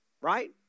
right